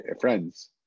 friends